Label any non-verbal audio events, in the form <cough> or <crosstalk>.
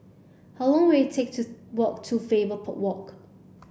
how long will it take to walk to Faber <unintelligible> Walk